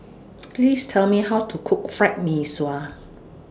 Please Tell Me How to Cook Fried Mee Sua